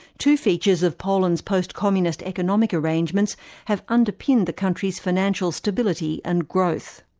two features of poland's post-communist economic arrangements have underpinned the country's financial stability and growth.